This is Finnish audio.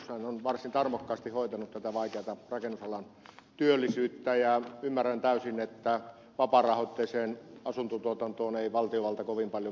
hän on varsin tarmokkaasti hoitanut tätä vaikeata rakennusalan työllisyyttä ja ymmärrän täysin että vapaarahoitteiseen asuntotuotantoon ei valtiovalta kovin paljon voi vaikuttaa